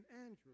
andrew